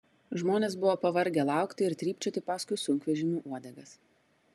žmonės buvo pavargę laukti ir trypčioti paskui sunkvežimių uodegas